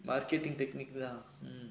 marketing technique lah mm